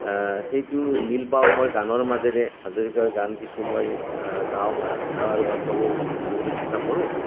সেইটো মিল পাওঁ মই গানৰ মাজেৰে হাজৰিকাৰ গান কিছু মই গাওঁ আৰু অৰ্থবোৰ বুজিবলৈ চেষ্টা কৰোঁ